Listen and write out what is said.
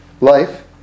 life